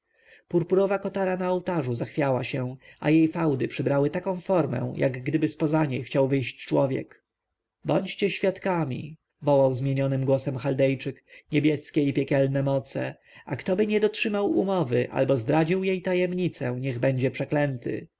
purpurowa kotara na ołtarzu zachwiała się a jej fałdy przybrały taką formę jakgdyby z poza niej chciał wyjść człowiek bądźcie świadkami wołał zmienionym głosem chaldejczyk niebieskie i piekielne moce a ktoby nie dotrzymał umowy albo zdradził jej tajemnicę niech będzie przeklęty